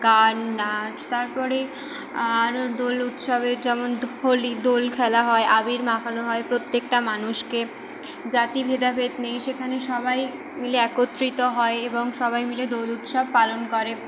গান নাচ তারপরে আর দোল উৎসবে যেমন দোহ হোলি দোল খেলা হয় আবির মাখানো হয় প্রত্যেকটা মানুষকে জাতি ভেদাভেদ নেই সেখানে সবাই মিলে একত্রিত হয় এবং সবাই মিলে দোল উৎসব পালন করে